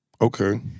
Okay